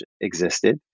existed